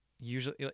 usually